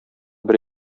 бер